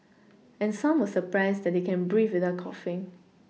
and some were surprised that they can breathe without coughing